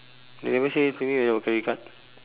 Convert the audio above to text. they never say anything to me about credit card